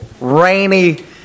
rainy